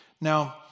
Now